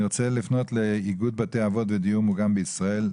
אני רוצה לפנות לאיגוד בתי האבות ודיון מוגן בישראל,